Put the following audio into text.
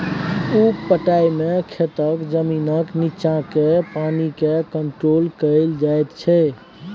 उप पटाइ मे खेतक जमीनक नीच्चाँ केर पानि केँ कंट्रोल कएल जाइत छै